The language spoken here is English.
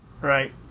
Right